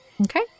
Okay